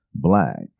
Black